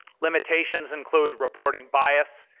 limitations include reporting bias,